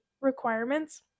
requirements